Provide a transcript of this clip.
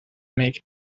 make